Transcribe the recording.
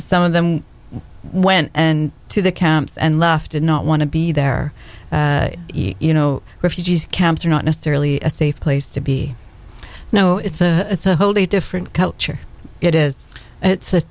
some of them went to the camps and left did not want to be there you know refugee camps are not necessarily a safe place to be no it's a it's a wholly different culture it is it's a